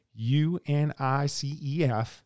UNICEF